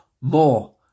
More